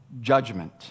judgment